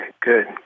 good